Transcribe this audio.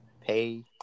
pay